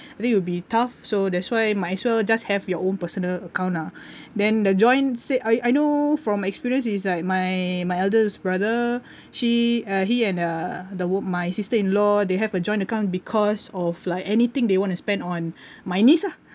then it will be tough so that's why might as well just have your own personal account ah then the joint say I I know from experience is like my my eldest brother she uh he and uh the my sister-in-law they have a joint account because of like anything they want to spend on my niece ah